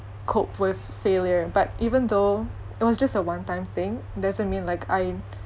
cope with failure but even though it was just a one time thing doesn't mean like I'm